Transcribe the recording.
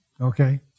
Okay